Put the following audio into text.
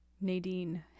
Nadine